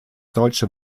deutsche